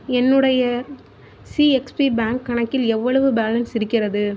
என்னுடைய CSP bank கணக்கில் எவ்வளவு பேலன்ஸ் இருக்கிறது